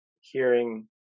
Hearing